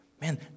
Man